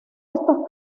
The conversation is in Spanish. estos